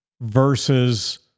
versus